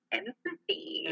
empathy